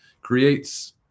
creates